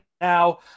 now